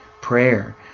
prayer